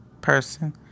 person